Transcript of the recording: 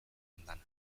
andana